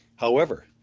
however,